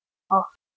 of